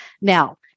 Now